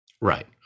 Right